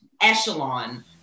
echelon